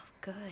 Good